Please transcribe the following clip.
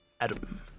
Adam